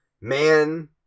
Man